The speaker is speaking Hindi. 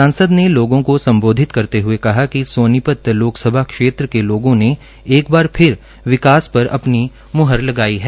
सांसद ने लोगों को संबोधित करते हुए कहा कि सोनीपत लोकसभा क्षेत्र के लोगों ने एक बार फिर विकास पर अपनी मोहर लगाई है